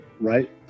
right